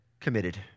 committed